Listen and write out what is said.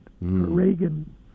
Reagan